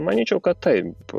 manyčiau kad taip